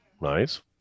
Nice